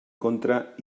contra